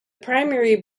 primary